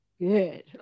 good